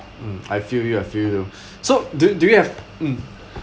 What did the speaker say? mm I feel you I feel you so do do you have mm